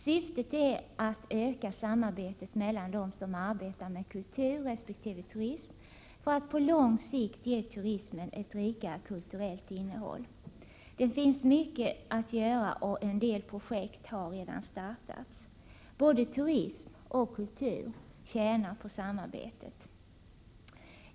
Syftet är att öka samarbetet mellan dem som arbetar med kultur resp. turism för att på lång sikt ge turismen ett rikare kulturellt innehåll. Det finns mycket att göra och en del projekt har redan startats. Både turismen och kulturen tjänar på samarbetet.